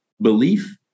Belief